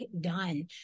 done